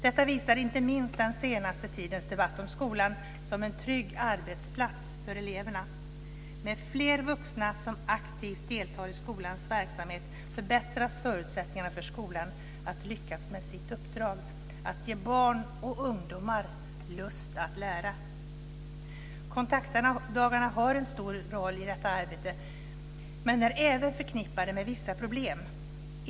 Detta visar inte minst den senaste tidens debatt om skolan som en trygg arbetsplats för eleverna. Med fler vuxna som aktivt deltar i skolans verksamhet förbättras förutsättningarna för skolan att lyckas med sitt uppdrag, dvs. att ge barn och ungdomar lust att lära. Kontaktdagarna har en stor roll i detta arbete, men de är även förknippade med vissa problem.